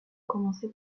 commencer